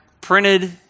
printed